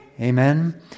Amen